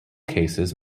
cases